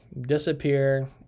disappear